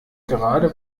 gerade